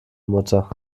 mutter